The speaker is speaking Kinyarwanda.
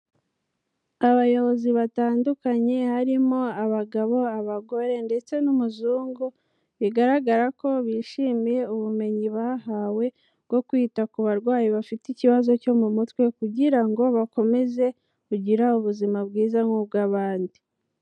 Abayobozi batandukanye harimo abagabo, abagore ndetse n'umuzungu, bigaragara ko bishimiye ubumenyi bahawe bwo kwita ku barwayi bafite ikibazo cyo mu mutwe, kugira ngo bakomeze kugira ubuzima bwiza nk'ubw'abandi.